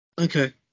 okay